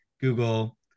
Google